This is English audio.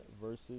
versus